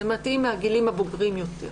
זה מתאים לגילים הבוגרים יותר.